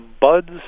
buds